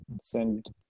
send